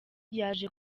yaje